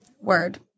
Word